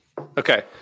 Okay